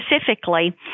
specifically